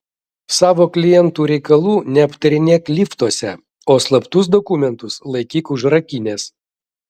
savo klientų reikalų neaptarinėk liftuose o slaptus dokumentus laikyk užrakinęs